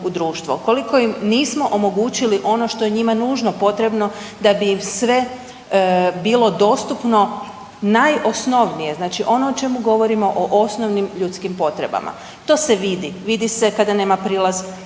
u društvo, koliko im nismo omogućili ono što je njima nužno potrebno da bi im sve bilo dostupno najosnovnije, znači ono o čemu govorimo, o osnovnim ljudskim potrebama. To se vidi, vidi se kad nema prilaz